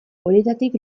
horietatik